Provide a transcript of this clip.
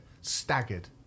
Staggered